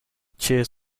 cheers